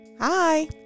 Hi